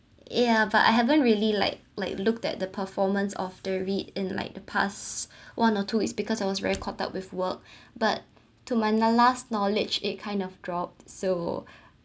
ya but I haven't really like like looked at the performance of the REIT in like the past one or two is because I was very caught up with work but to mandala's knowledge it kind of dropped so